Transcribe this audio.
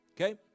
Okay